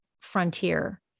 frontier